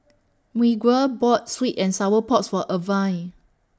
Miguel bought Sweet and Sour Porks For Irvine